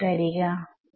അതായത്